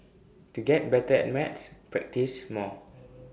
to get better at maths practise more